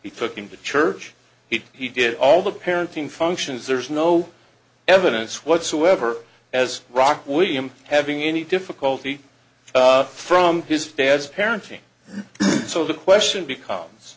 he took him to church he did all the parenting functions there is no evidence whatsoever as rock william having any difficulty from his fans parenting so the question becomes